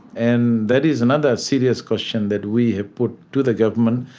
and that is another serious question that we have put to the government,